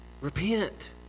Repent